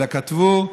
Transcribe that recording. אלא כתבו: